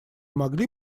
могли